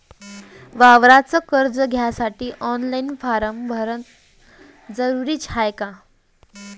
वावराच कर्ज घ्यासाठी ऑनलाईन फारम भरन जरुरीच हाय का?